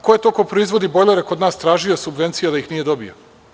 Ko je to ko proizvodi bojlere kod nas tražio subvencije, a da ih nije dobio?